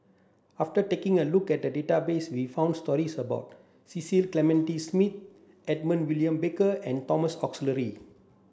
after taking a look at the database we found stories about Cecil Clementi Smith Edmund William Barker and Thomas Oxley